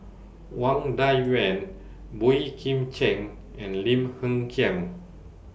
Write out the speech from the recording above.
Wang Dayuan Boey Kim Cheng and Lim Hng Kiang